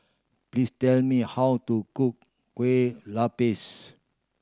please tell me how to cook kue lupis